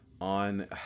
on